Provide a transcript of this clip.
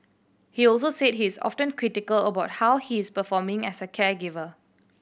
he also said he is often critical about how he is performing as a caregiver